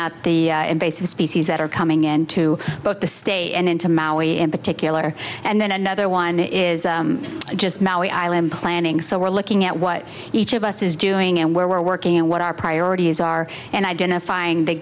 at the invasive species that are coming in to both the state and into maui in particular and then another one is just maui island planning so we're looking at what each of us is doing and where we're working and what our priorities are and identifying the